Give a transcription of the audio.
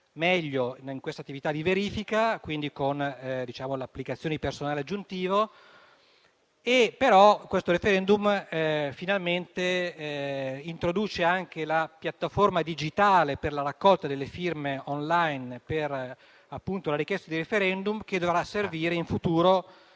meglio in quest'attività di verifica, quindi con l'applicazione di personale aggiuntivo. Il decreto-legge in esame, però, finalmente introduce anche la piattaforma digitale per la raccolta delle firme *online* per la richiesta di *referendum* che dovrà servire in futuro